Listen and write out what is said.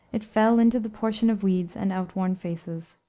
it fell into the portion of weeds and outworn faces.